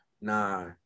nah